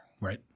right